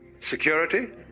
security